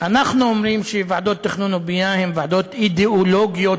אנחנו אומרים שוועדות תכנון ובנייה הן ועדות אידיאולוגיות